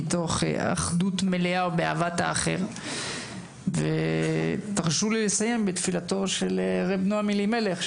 מתוך אחדות מלאה ובאהבת האחר ותרשו לי לסיים בתפילתו של רב נועם אלימלך,